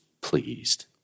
pleased